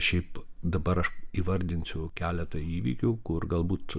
šiaip dabar aš įvardinsiu keletą įvykių kur galbūt